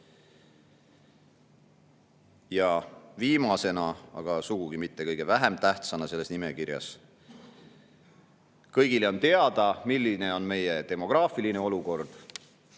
Ja viimasena, aga sugugi mitte vähem tähtsana selles nimekirjas: kõigile on teada, milline on meie demograafiline olukord,